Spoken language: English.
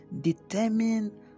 determine